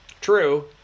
True